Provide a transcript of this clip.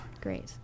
Great